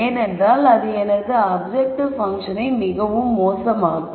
ஏனென்றால் அது எனது அப்ஜெக்டிவ் பங்க்ஷனை மிகவும் மோசமாக்கும்